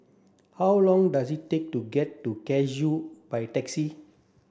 how long does it take to get to Cashew by taxi